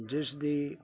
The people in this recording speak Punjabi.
ਜਿਸ ਦੀ